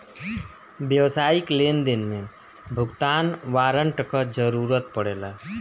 व्यावसायिक लेनदेन में भुगतान वारंट कअ जरुरत पड़ेला